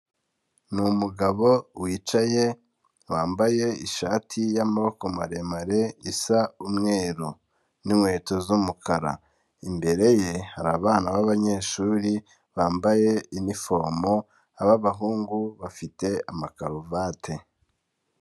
Ni umugabo wicaye wambaye ishati y'amaboko maremare isa umweru n'inkweto z'umukara, imbere ye hari abana b'abanyeshuri bambaye iniforume, n'abahungu bafite amakaruvati.